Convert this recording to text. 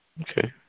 Okay